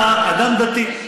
אתה אדם דתי.